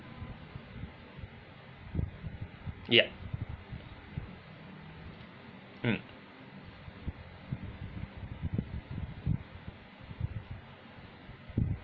yup mm